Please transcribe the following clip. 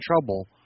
trouble